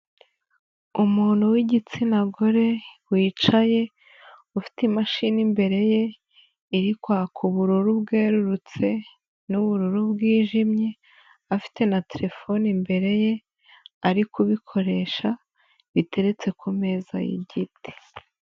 Umuntu w'igitsina gore wicaye ufite imashini imbere ye, iri kwaka ubururu bwerurutse n'ubururu bwijimye, afite na telefone imbere ye, ari kubikoresha biteretse ku meza y'igiti.